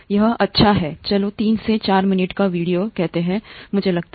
यह अच्छा है चलो 3 से 4 मिनट का वीडियो कहते हैं मुझे लगता है